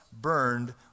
burned